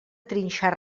trinxar